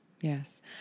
Yes